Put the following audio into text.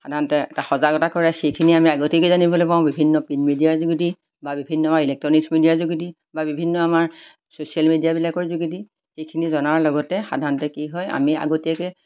সাধাৰণতে এটা সজাগতা কৰে সেইখিনি আমি আগতীয়াকৈ জানিবলৈ পাওঁ বিভিন্ন প্ৰিণ্ট মিডিয়াৰ যোগেদি বা বিভিন্ন আমাৰ ইলেক্ট্ৰনিক্স মিডিয়াৰ যোগেদি বা বিভিন্ন আমাৰ ছ'চিয়েল মিডিয়াবিলাকৰ যোগেদি সেইখিনি জনাৰ লগতে সাধাৰণতে কি হয় আমি আগতীয়াকৈ